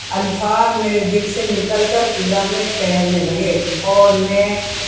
الفاظ میرے دل سے نکل کر فضا میں تیرنے لگے اور میں